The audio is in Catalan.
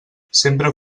sempre